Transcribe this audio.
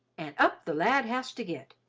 and up the lad has to get,